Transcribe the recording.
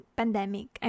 pandemic